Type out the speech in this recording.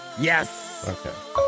Yes